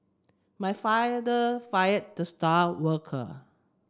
my father fired the star worker